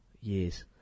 years